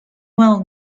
well